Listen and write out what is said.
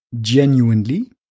Genuinely